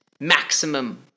maximum